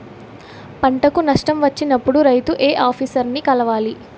పంటకు నష్టం వచ్చినప్పుడు రైతు ఏ ఆఫీసర్ ని కలవాలి?